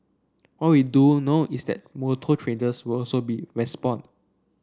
what we do know is that motor traders will also respond